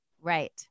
Right